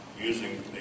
using